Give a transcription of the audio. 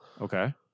Okay